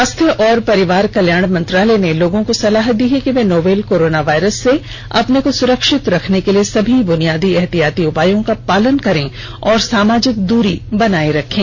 स्वास्थ्य और परिवार कल्याण मंत्रालय ने लोगों को सलाह दी है कि वे नोवल कोरोना वायरस से अपने को सुरक्षित रखने के लिए सभी बुनियादी एहतियाती उपायों का पालन करें और सामाजिक दूरी बनाए रखें